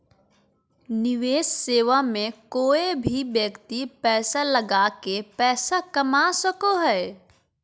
निवेश सेवा मे कोय भी व्यक्ति पैसा लगा के पैसा कमा सको हय